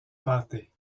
pâté